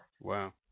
Wow